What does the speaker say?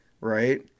right